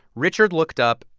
richard looked up,